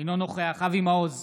אינו נוכח אבי מעוז,